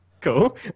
Cool